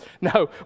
No